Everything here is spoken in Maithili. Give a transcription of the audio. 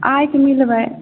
आइ कऽ मिलबै